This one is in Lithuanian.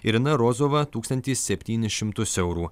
irina rozova tūkstantį septynis šimtus eurų